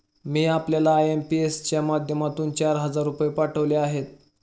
मी आपल्याला आय.एम.पी.एस च्या माध्यमातून चार हजार रुपये पाठवले आहेत